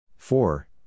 Four